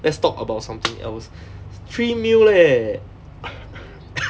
let's talk about something else three million leh